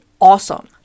awesome